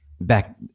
back